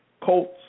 Colts